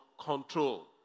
control